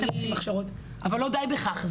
אבל לא דיי בכך.